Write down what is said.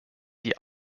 die